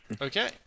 Okay